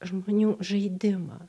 žmonių žaidimo